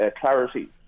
clarity